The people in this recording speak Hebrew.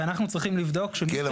ואנחנו צריכים לבדוק --- כן.